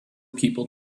people